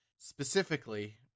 Specifically